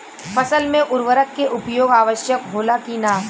फसल में उर्वरक के उपयोग आवश्यक होला कि न?